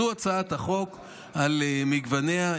זו הצעת החוק על גווניה.